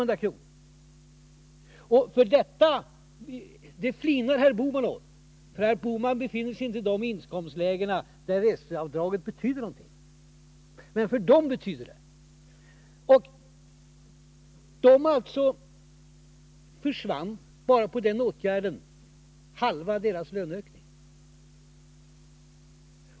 Det flinar herr Bohman åt, för herr Bohman befinner sig inte i de inkomstlägen där reseavdraget betyder någonting, men för de människor jag talar om har det betydelse. Bara till följd av den åtgärden försvann halva deras löneökning.